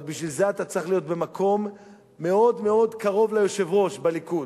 אבל בשביל זה אתה צריך להיות במקום מאוד מאוד קרוב ליושב-ראש בליכוד,